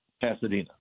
Pasadena